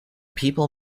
people